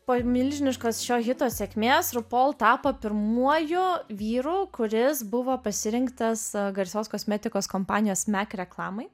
po milžiniškos šio hito sėkmės ru pol tapo pirmuoju vyru kuris buvo pasirinktas garsios kosmetikos kompanijos mek reklamai